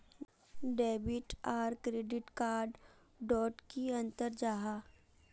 Debit आर credit card डोट की अंतर जाहा?